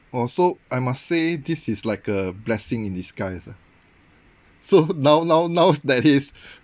!wah! so I must say this is like a blessing in disguise ah so now now now that he's